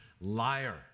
liar